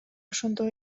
ошондой